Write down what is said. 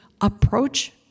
approach